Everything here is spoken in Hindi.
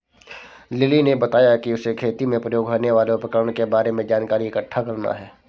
लिली ने बताया कि उसे खेती में प्रयोग होने वाले उपकरण के बारे में जानकारी इकट्ठा करना है